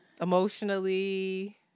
Emotionally